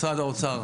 משרד האוצר,